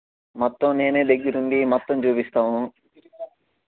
మొత్తం నేనే దగ్గర ఉండి మొత్తం చూపిస్తాము